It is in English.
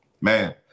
man